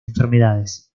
enfermedades